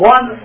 One